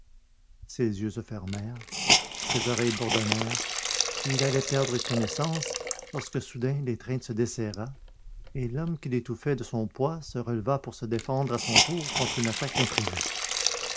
ses yeux se fermèrent ses oreilles bourdonnèrent et il allait perdre connaissance lorsque soudain l'étreinte se desserra et l'homme qui l'étouffait de son poids se releva pour se défendre à son tour contre une attaque imprévue